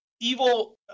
Evil